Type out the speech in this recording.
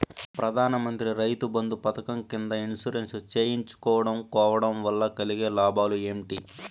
ప్రధాన మంత్రి రైతు బంధు పథకం కింద ఇన్సూరెన్సు చేయించుకోవడం కోవడం వల్ల కలిగే లాభాలు ఏంటి?